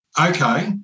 okay